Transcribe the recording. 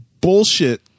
bullshit